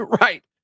right